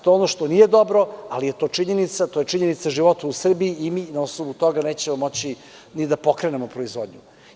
To je ono što nije dobro, ali je to činjenica, to je činjenica života u Srbiji i mi na osnovu toga nećemo moći ni da pokrenemo proizvodnju.